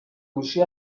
گوشی